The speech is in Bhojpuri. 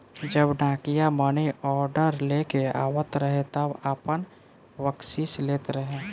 जब डाकिया मानीऑर्डर लेके आवत रहे तब आपन बकसीस लेत रहे